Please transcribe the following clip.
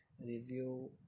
review